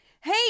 Hey